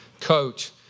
coach